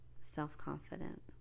self-confident